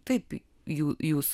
taip jų jūsų